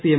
P M